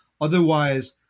Otherwise